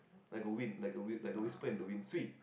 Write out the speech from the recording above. like a wind like a wind like we speak to wind cui